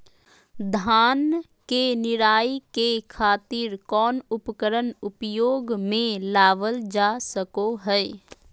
धान के निराई के खातिर कौन उपकरण उपयोग मे लावल जा सको हय?